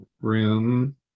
room